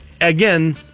again